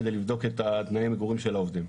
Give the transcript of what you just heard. כדי לבדוק את תנאי המגורים של העובדים.